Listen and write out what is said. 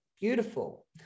Beautiful